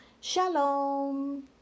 Shalom